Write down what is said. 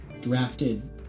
drafted